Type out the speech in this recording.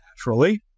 naturally